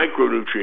micronutrients